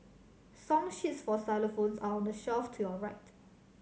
song sheets for xylophones are on the shelf to your right